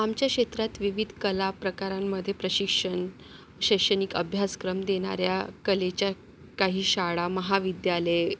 आमच्या क्षेत्रात विविध कलाप्रकारांमध्ये प्रशिक्षण शैक्षणिक अभ्यासक्रम देणाऱ्या कलेच्या काही शाळा महाविद्यालये